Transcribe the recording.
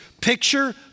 picture